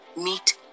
meet